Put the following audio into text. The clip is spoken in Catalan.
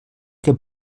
que